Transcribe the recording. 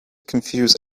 confuse